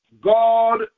God